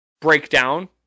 breakdown